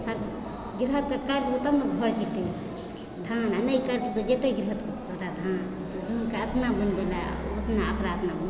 sir गृहस्थके काज हेतै तब ने घर जेतै धान आ नहि करतै तऽ जेतै गृहस्थके घर धान जनके अपना बोनि भेलै आ ओ ओकरा अपना बोनि